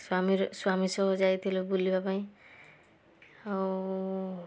ସ୍ୱାମୀର ସ୍ୱାମୀ ସହ ଯାଇଥିଲୁ ବୁଲିବାପାଇଁ ଆଉ